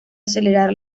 acelerar